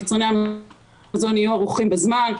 יצרני המזון יהיו ערוכים בזמן.